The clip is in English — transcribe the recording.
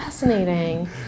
Fascinating